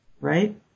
Right